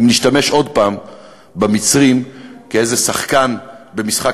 אם נשתמש עוד פעם במצרים כאיזה שחקן במשחק